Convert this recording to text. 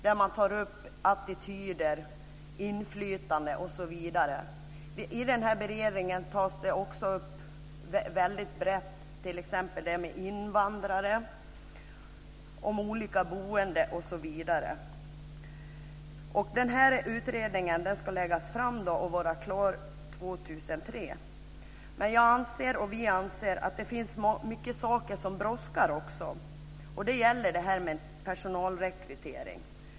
Där tar man upp attityder, inflytande, invandrare, olika boende osv. Denna utredning ska vara klar och läggas fram 2003. Vi anser dock att det finns mycket som brådskar. Det gäller detta med personalrekrytering.